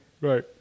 Right